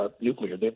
nuclear